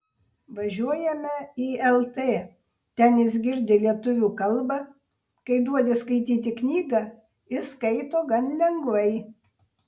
važiuojame į lt ten jis girdi lietuvių kalbą kai duodi skaityti knygą jis skaito gan lengvai